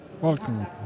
Welcome